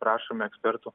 prašome ekspertų